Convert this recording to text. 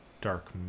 Dark